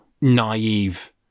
naive